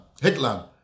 Hitler